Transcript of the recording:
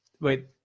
Wait